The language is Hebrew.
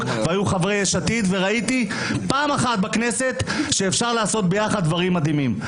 וחברי יש עתיד וראיתי פעם אחת בכנסת שאפשר לעשות ביחד דברים מדהימים.